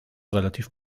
relativ